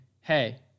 hey